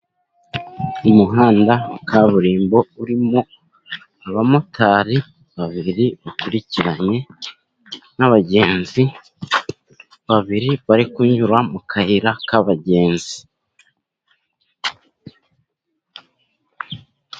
Umuhanda wa kaburimbo urimo abamotari babiri bakurikiranye, n'abagenzi babiri bari kunyura mu kayira k'abagenzi.